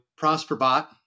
ProsperBot